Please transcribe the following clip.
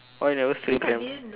why you never steal them